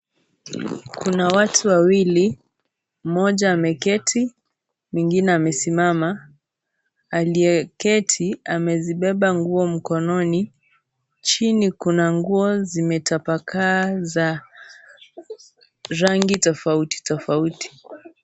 Kuna watu wawili, mmoja ameketi mwingine amesimama. Aliyeketi amezibeba nguo mkononi. Chini kuna nguo zimetabakaa za rangi tofauti tofauti.